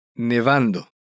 Nevando